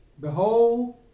Behold